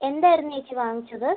എന്തായിരുന്നു ചേച്ചി വാങ്ങിച്ചത്